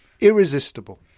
Irresistible